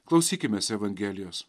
klausykimės evangelijos